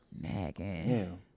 Nagging